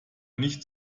nicht